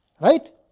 Right